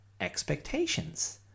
expectations